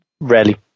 rarely